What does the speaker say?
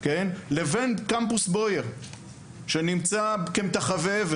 לבין קמפוס בויאר שנמצא כמטווחי אבן,